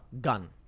gun